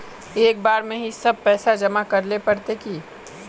एक बार में ही सब पैसा जमा करले पड़ते की?